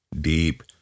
deep